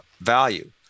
value